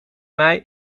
mij